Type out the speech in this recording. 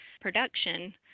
production